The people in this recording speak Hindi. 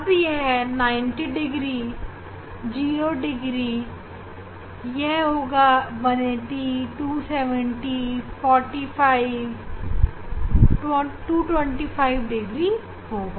अब यह 90 डिग्री 0 डिग्री यह होगा 180270 45225 डिग्री होगा